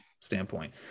standpoint